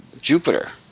Jupiter